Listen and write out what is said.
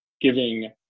giving